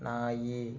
ನಾಯಿ